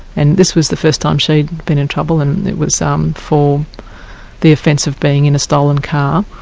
and this was the first time she'd been in trouble, and it was um for the offence of being in a stolen car,